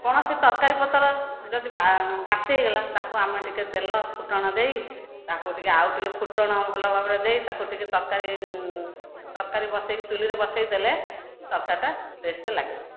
କୌଣସି ତରକାରୀ ପତ୍ର ଯଦି ବାସି ହୋଇଗଲା ତାକୁ ଆମେ ଟିକେ ତେଲ ଫୁଟଣ ଦେଇ ତାକୁ ଟିକେ ଆଉ ଟିକେ ଫୁଟଣ ଭଲଭାବରେ ଦେଇ ତାକୁ ଟିକେ ତରକାରୀ ତରକାରୀ ବସାଇକି ଚୂଲିରେ ବସାଇଦେଲେ ତରକାରୀଟା ଟେଷ୍ଟି ଲାଗିବ